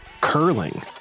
curling